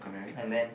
and then